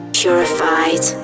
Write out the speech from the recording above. purified